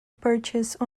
purchased